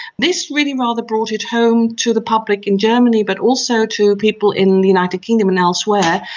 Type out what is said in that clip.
this really rather brought it home to the public in germany but also to people in the united kingdom and elsewhere,